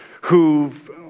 who've